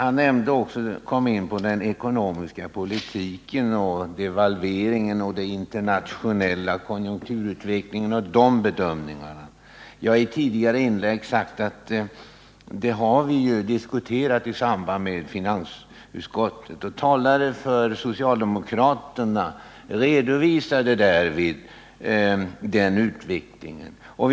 Alf Wennerfors kom in på den ekonomiska politiken, devalveringen och den internationella konjunkturutvecklingen. Det har vi ju — som jag sade i ett tidigare inlägg — diskuterat i samband med finansdebatten. Socialdemokratiska talare redovisade där utvecklingen på detta område.